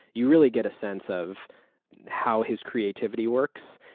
you really get a sense of how his creativity works.